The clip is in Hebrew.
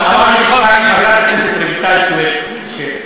וחברת הכנסת רויטל סויד,